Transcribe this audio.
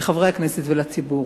לחברי הכנסת ולציבור: